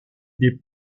des